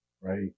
right